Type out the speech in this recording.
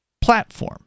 platform